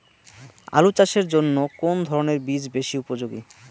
আলু চাষের জন্য কোন ধরণের বীজ বেশি উপযোগী?